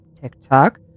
TikTok